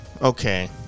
okay